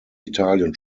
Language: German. italien